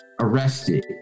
arrested